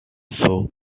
shows